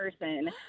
person